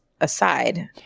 aside